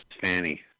Fanny